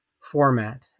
format